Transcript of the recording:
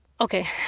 Okay